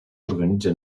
organitza